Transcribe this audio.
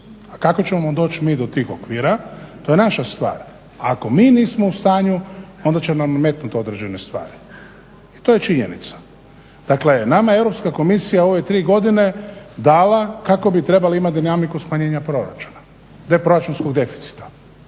A kako ćemo doći mi do tih okvira to je naša stvar. Ako mi nismo u stanju onda će nam nametnuti određene stvari i to je činjenica. Dakle nama je Europska komisija u ove tri godine dala kako bi trebali imati dinamiku smanjenja proračuna, te proračunskog deficita.